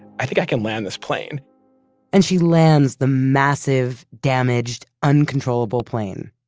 i think i can land this plane and she lands the massive, damaged, uncontrollable plane.